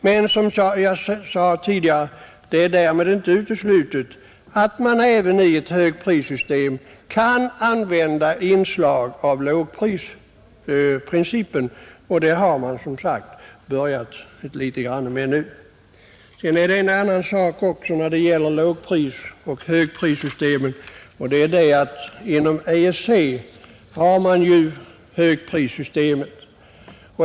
Men, som jag sade tidigare, det är därmed inte uteslutet att man även i ett högprissystem kan använda inslag av lågprisprincipen, och det har man alltså börjat litet grand med nu, Det är en annan sak också när det gäller lågprisoch högprissystemet, och det är att inom EEC har man högprissystemet.